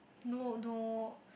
no no